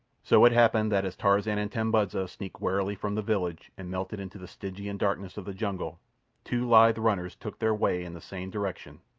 so it happened that as tarzan and tambudza sneaked warily from the village and melted into the stygian darkness of the jungle two lithe runners took their way in the same direction,